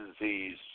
disease